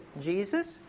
Jesus